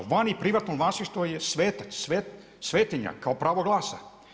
Vani privatno vlasništvo je svetac, svetinja kao pravo glasa.